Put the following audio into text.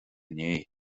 inné